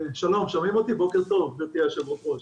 שלום, בוקר טוב, גברתי היושבת ראש.